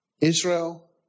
Israel